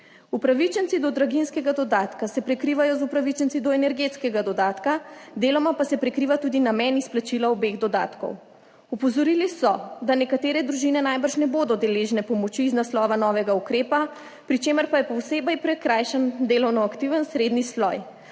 Upravičenci do draginjskega dodatka se prekrivajo z upravičenci do energetskega dodatka, deloma pa se prekriva tudi namen izplačila obeh dodatkov. Opozorili so, da nekatere družine najbrž ne bodo deležne pomoči iz naslova novega ukrepa, pri čemer pa je posebej prikrajšan delovnoaktivni srednji sloj,